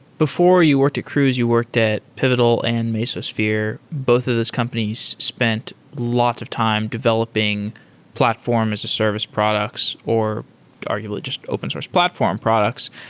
before you worked at cruise, you worked at pivotal and mesosphere. both of those companies spent lots of time developing platform as a service products, or arguably just open source platform products.